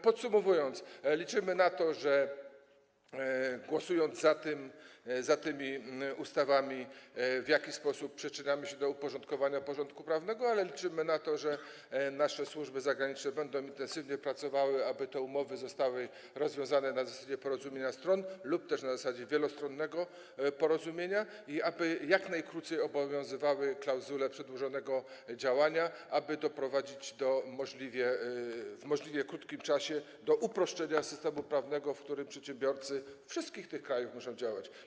Podsumowując: liczymy na to, że głosując za tymi ustawami, w jakiś sposób przyczyniamy się do uporządkowania porządku prawnego, ale liczymy też na to, że nasze służby zagraniczne będą intensywnie pracowały, aby te umowy zostały rozwiązane na zasadzie porozumienia stron lub też na zasadzie wielostronnego porozumienia i aby jak najkrócej obowiązywały klauzule przedłużonego działania, aby doprowadzić w możliwie krótkim czasie do uproszczenia systemu prawnego, w którym przedsiębiorcy wszystkich tych krajów muszą działać.